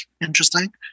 interesting